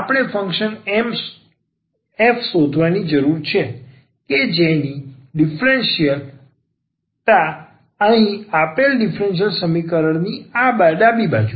આપણે function f શોધવાની જરૂર છે કે જેની ડીફરન્સીયલ તા અહીં આપેલ ડીફરન્સીયલ સમીકરણની આ ડાબી બાજુ છે